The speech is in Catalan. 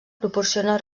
proporciona